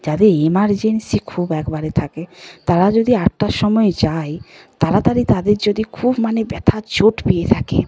যাদের ইমার্জেন্সি খুব একবারে থাকে তারা যদি আটটার সময় যায় তাড়াতাড়ি তাদের যদি খুব মানে ব্যথা চোট পেয়ে থাকে